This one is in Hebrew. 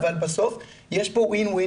אבל בסוף יש כאן win-win,